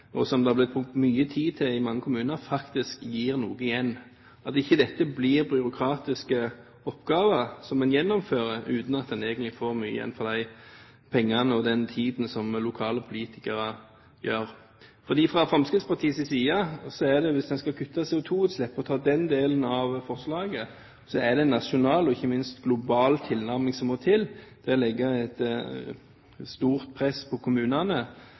og som det er blitt brukt mye tid på i mange kommuner, faktisk gir noe igjen, at ikke dette blir byråkratiske oppgaver som en gjennomfører uten at en egentlig får så mye igjen for de pengene og den tiden som lokale politikere bruker. Fra Fremskrittspartiets side mener vi det er, hvis en skal kutte CO2-utslippet og ta den delen av forslaget, en nasjonal og ikke minst global tilnærming som må til. Det å legge et stort press på kommunene